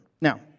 Now